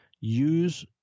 use